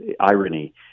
irony